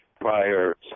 prior